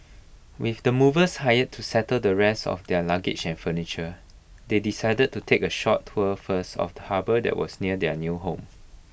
with the movers hired to settle the rest of their luggage and furniture they decided to take A short tour first of the harbour that was near their new home